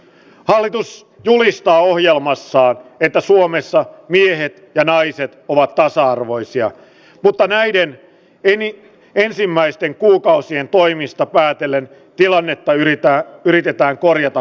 hallitus julkistaa ohjelmassa itä suomessa miehet ja naiset ovat tasa arvoisia mutta näiden peniä ensimmäisten kuukausien toimista päätellen tilannetta jota yritetään korjata